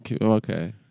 Okay